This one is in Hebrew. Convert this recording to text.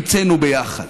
המצאנו ביחד,